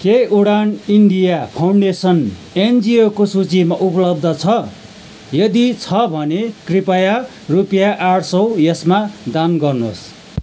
के Udaan India Foundation एनजिओको सूचीमा उपलब्ध छ यदि छ भने कृपया रुपियाँ आठ सौ यसमा दान गर्नुहोस्